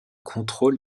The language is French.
contrôle